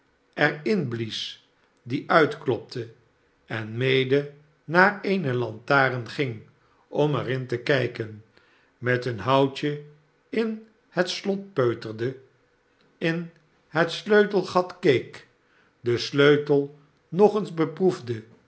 er in blies dien uitklopte er mede naar eene lantaarn ging om er in te kijken met een houtje in het slot peuterde in het sleutelgat keek den sleutel nog eens beproefde